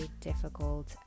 difficult